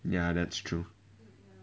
ya that's true